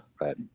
Right